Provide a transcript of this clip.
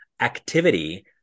activity